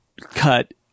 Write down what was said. cut